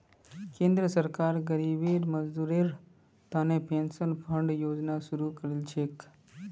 केंद्र सरकार गरीब मजदूरेर तने पेंशन फण्ड योजना शुरू करील छेक